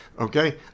okay